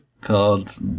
cards